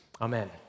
Amen